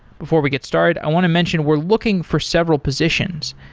before we get started, i want to mention we're looking for several positions.